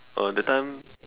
uh that time